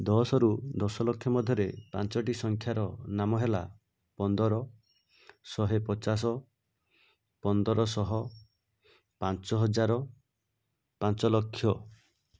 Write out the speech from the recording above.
ଦଶରୁ ଦଶଲକ୍ଷ ମଧ୍ୟରେ ପାଞ୍ଚଟି ସଂଖ୍ୟାର ନାମ ହେଲା ପନ୍ଦର ଶହେପଚାଶ ପନ୍ଦରଶହ ପାଞ୍ଚହଜାର ପାଞ୍ଚଲକ୍ଷ